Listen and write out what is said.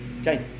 Okay